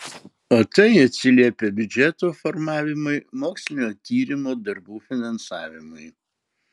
o tai atsiliepia biudžeto formavimui mokslinio tyrimo darbų finansavimui